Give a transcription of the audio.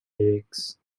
lyrics